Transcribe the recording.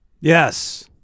Yes